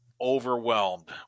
overwhelmed